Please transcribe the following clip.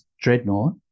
Dreadnought